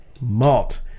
Malt